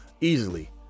Easily